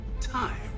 time